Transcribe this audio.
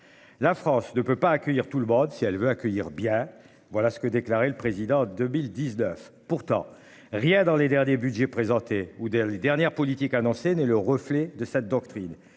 La France ne peut pas accueillir tout le monde si elle veut accueillir bien voilà ce que déclarait le président de Bill 19 pourtant rien dans les derniers Budgets présentés ou des les dernières politique annoncée n'est le reflet de cette doctrine.